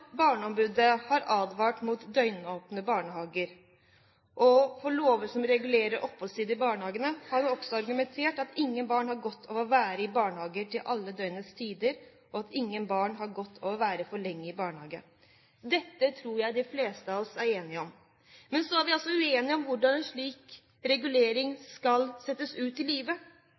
barneombudet har advart mot døgnåpne barnehager og går for lover som regulerer oppholdstid i barnehagen, har han også argumentert med at ingen barn har godt av å være i barnehagen til alle døgnets tider, og at ingen barn har godt av å være for lenge i barnehagen. Dette tror jeg de fleste av oss er enige om. Men så er vi uenige om hvordan en slik regulering skal settes ut i livet.